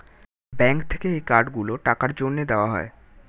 bank থেকে এই card গুলো টাকার জন্যে দেওয়া হয়